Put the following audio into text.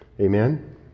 Amen